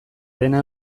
dena